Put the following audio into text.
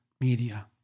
media